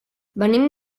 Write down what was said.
venim